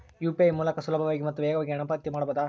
UPI ಮೂಲಕ ಸುಲಭವಾಗಿ ಮತ್ತು ವೇಗವಾಗಿ ಹಣ ಪಾವತಿ ಮಾಡಬಹುದಾ?